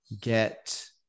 get